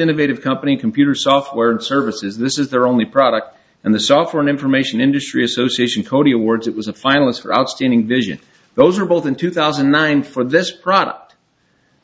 innovative company computer software and services this is their only product and the software information industry association tony awards it was a finalist for outstanding vision those are both in two thousand and nine for this product